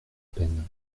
peines